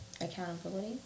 Accountability